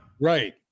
Right